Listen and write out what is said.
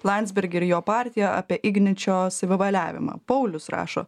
landsbergį ir jo partiją apie igničio savivaliavimą paulius rašo